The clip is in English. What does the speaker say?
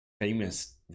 famous